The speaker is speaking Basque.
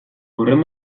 horren